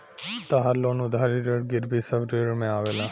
तहार लोन उधारी ऋण गिरवी सब ऋण में आवेला